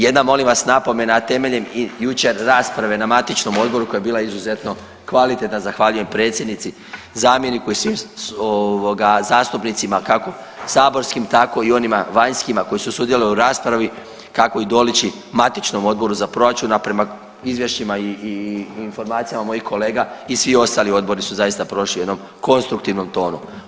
Jedna molim vas napomena a temeljem jučer rasprave na matičnom odboru koja je bila izuzetno kvalitetna, zahvaljujem predsjednici, zamjeniku i svim zastupnicima kako saborskim tako i onima vanjskima koji su sudjelovali u raspravi kako i doliči matičnom Odboru za proračun, a prema izvješćima i informacijama mojih kolega i svi ostali odbori su zaista prošli u jednom konstruktivnom tonu.